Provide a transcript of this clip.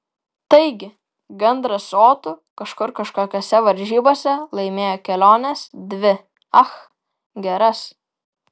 taigi gandras su otu kažkur kažkokiose varžybose laimėjo keliones dvi ach geras